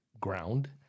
ground